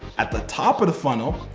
at the top of the funnel,